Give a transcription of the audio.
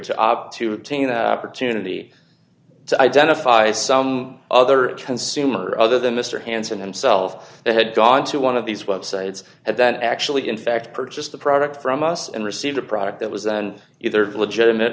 opt to obtain an opportunity to identify some other consumer other than mr hanson himself had gone to one of these websites and that actually in fact purchased the product from us and received a product that was then either of legitimate